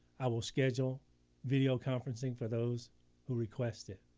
i will schedule video conferencing for those who request it.